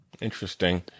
Interesting